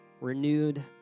renewed